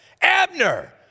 Abner